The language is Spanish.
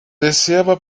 deseaba